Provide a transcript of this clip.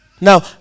Now